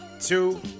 two